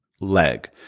leg